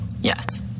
Yes